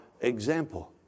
example